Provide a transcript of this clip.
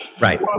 Right